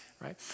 right